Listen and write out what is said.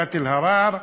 ועדת אלהרר.